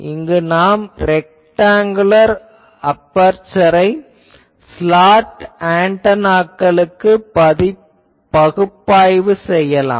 இங்கு நாம் ரெக்டாங்குலர் அபெர்சரை ஸ்லாட் ஆன்டெனாக்களுக்குப் பகுப்பாய்வு செய்யலாம்